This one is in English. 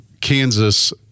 Kansas